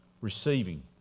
Receiving